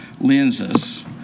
lenses